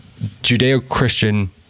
Judeo-Christian